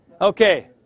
Okay